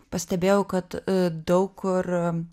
pastebėjau kad daug kur